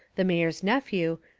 the mayor's nephew,